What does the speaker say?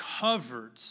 covered